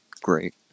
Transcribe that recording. great